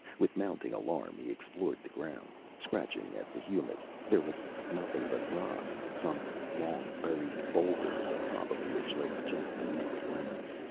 with mounting alarm, he explored the ground, scratching at the humus. there was nothing but rock some long-buried boulder, the top of which lay just beneath the ground.